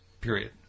period